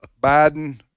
Biden